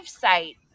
site